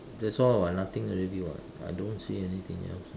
that's all [what] nothing already [what] I don't see anything else